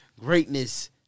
greatness